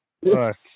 look